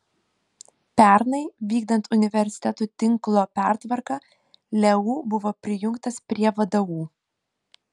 pernai vykdant universitetų tinklo pertvarką leu buvo prijungtas prie vdu